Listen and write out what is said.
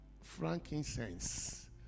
frankincense